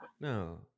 no